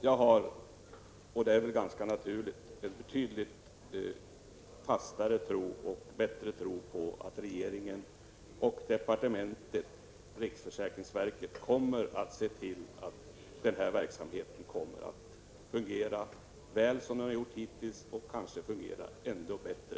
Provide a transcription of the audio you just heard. Jag har, vilket är ganska naturligt, en betydligt fastare och bättre tro på att regeringen, departementet och riksförsäkringsverket kommer att se till att verksamheten fungerar lika väl som den har gjort hittills, och kanske den fungerar ännu bättre.